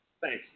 Thanks